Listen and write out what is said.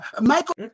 michael